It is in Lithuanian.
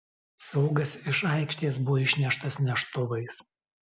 saugas iš aikštės buvo išneštas neštuvais